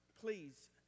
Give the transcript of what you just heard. please